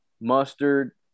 mustard